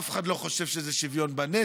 אף אחד לא חושב שזה שוויון בנטל.